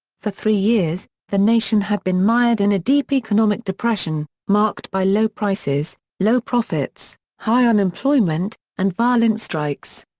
for three years, the nation had been mired in a deep economic depression, marked by low prices, low profits, high unemployment, and violent strikes.